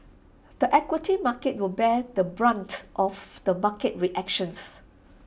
the equity market will bear the brunt of the market reactions